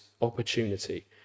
opportunity